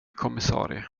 kommissarie